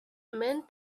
men